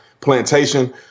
plantation